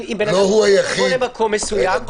אם אדם בוחר לבוא למקום מסוים,